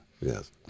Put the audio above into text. Yes